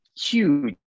Huge